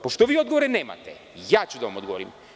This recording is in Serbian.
Pošto vi odgovore nemate, ja ću da vam odgovorim.